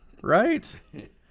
Right